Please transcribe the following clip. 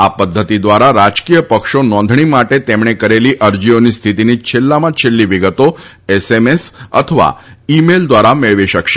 આ પદ્ધતિ દ્વારા રાજકીય પક્ષો નોંધણી માટે તેમણે કરેલી અરજીઓની સ્થિતિની છેલ્લાં છેલ્લી વિગતો એસએમએસ અને ઇ મેઇલ દ્વારા મેળવી શકશે